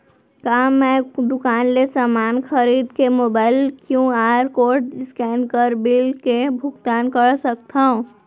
का मैं दुकान ले समान खरीद के मोबाइल क्यू.आर कोड स्कैन कर बिल के भुगतान कर सकथव?